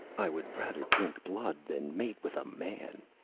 i would rather drink blood than mate with a man.